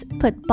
put